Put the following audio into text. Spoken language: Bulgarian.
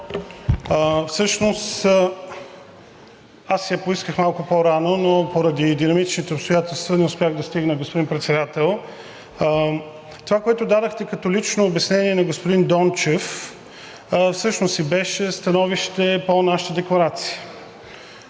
аз я поисках малко по-рано, но поради динамичните обстоятелства не успях да стигна, господин Председател. Това, което дадохте като лично обяснение на господин Дончев, всъщност си беше становище по нашата декларация.